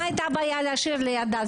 מה הייתה הבעיה להשאיר לידה?